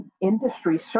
industry